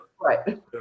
Right